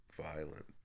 Violent